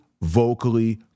vocally